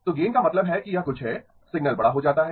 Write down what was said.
तो गेन का मतलब है कि यह कुछ है सिग्नल बड़ा हो जाता है